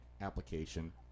application